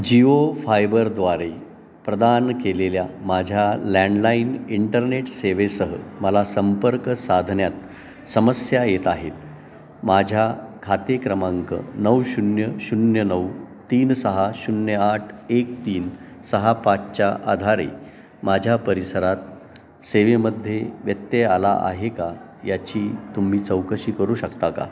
जिओ फायबरद्वारे प्रदान केलेल्या माझ्या लँडलाईन इंटरनेट सेवेसह मला संपर्क साधण्यात समस्या येत आहेत माझ्या खाते क्रमांक नऊ शून्य शून्य नऊ तीन सहा शून्य आट एक तीन सहा पाचच्या आधारे माझ्या परिसरात सेवेमध्ये व्यत्यय आला आहे का याची तुम्ही चौकशी करू शकता का